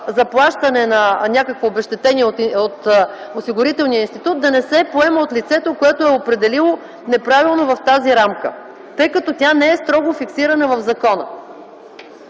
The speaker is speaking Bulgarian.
заплащане на обезщетение от Осигурителния институт, да не се поема от лицето, което е определило неправилно в тази рамка, тъй като тя не е строго фиксирана в закона.